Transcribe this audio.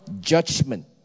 judgment